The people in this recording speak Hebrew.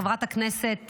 חברת הכנסת